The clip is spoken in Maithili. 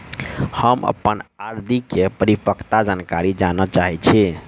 हम अप्पन आर.डी केँ परिपक्वता जानकारी जानऽ चाहै छी